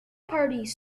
parties